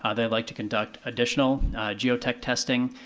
ah they'd like to conduct additional geotech testing.